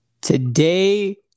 Today